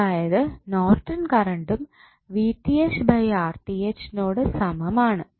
അതായത് നോർട്ടൺ കറണ്ടും നോട് സമം ആണ്